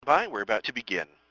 by we're about to begin.